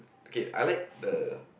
okay I like the